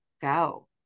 go